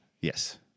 Yes